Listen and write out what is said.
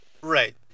Right